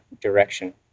direction